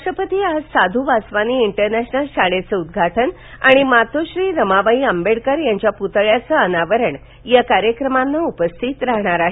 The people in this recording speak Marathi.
राष्ट्रपती आज साध्र वासवानी इंटरनॅशनल शाळेचं उद्घाटन आणि मातोश्री रमाबाई आंबेडकर यांच्या पुतळ्याचं अनावरण या कार्यक्रमाना उपस्थित राहणार आहेत